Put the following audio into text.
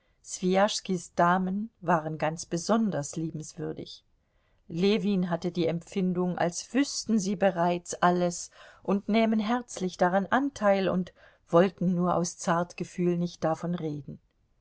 swijaschskis damen waren ganz besonders liebenswürdig ljewin hatte die empfindung als wüßten sie bereits alles und nähmen herzlich daran anteil und wollten nur aus zartgefühl nicht davon reden